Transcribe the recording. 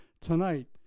tonight